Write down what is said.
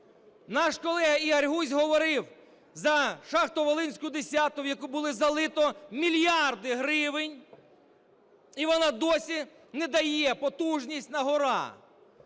Наш колега Ігор Гузь говорив за шахту волинську 10-у, в яку було залито мільярди гривень, і вона досі не дає потужність на-гора.